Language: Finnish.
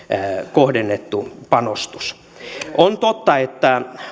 kohdennettu panostus on totta että